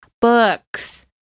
books